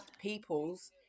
peoples